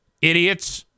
Idiots